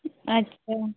अच्छा